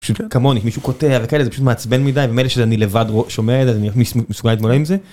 כמוני מישהו קוטע וכאלה זה פשוט מעצבן מדי באמת שאני לבד רואה שומע את זה.